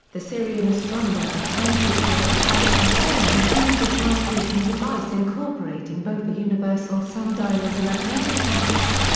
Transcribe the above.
the syrian astronomer and timekeeper ibn al-shatir invented a timekeeping device incorporating both a universal sundial and a magnetic compass.